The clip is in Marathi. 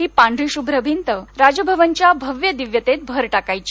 ही पांढरी शुभ्र भिंत राजभवनच्या भव्य दिव्यतेत भर टाकायची